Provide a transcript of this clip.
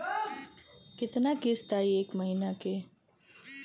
कितना किस्त आई एक महीना के?